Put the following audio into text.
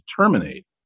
terminate